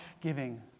giving